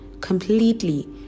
completely